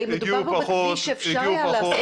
לא, אבל הגיעו פחות, הגיעו פחות.